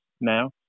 now